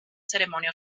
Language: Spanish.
ceremonia